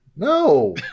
No